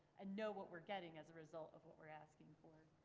and know what we're getting as a result of what we're asking for.